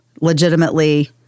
legitimately